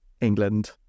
england